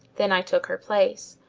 then i took her place.